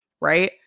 right